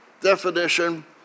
definition